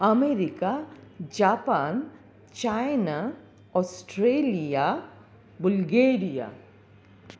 America Japan China Australia Bulgaria